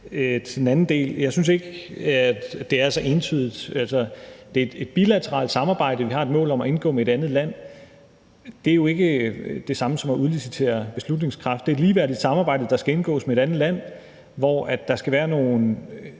Til den anden del vil jeg sige, at jeg ikke synes, det er så entydigt. Det er et bilateralt samarbejde, vi har et mål om at indgå med et andet land. Det er jo ikke det samme som at udlicitere beslutningskraft. Det er et ligeværdigt samarbejde, der skal indgås med et andet land, hvor der skal være nogle